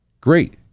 Great